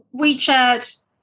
WeChat